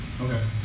Okay